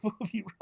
movie